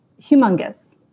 humongous